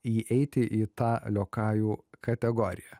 įeiti į tą liokajų kategoriją